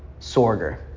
sorger